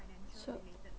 so